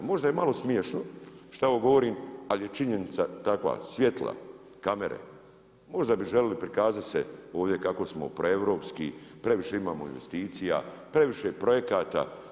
Možda je malo smiješno što ovo govorim ali je činjenica takva, svjetla kamere, možda bi željeli prikazati se ovdje kako smo proeuropski, previše imamo investicija, previše projekata.